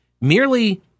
merely